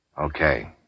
Okay